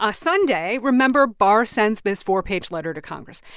ah sunday, remember, barr sends this four-page letter to congress.